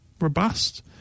Robust